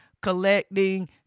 collecting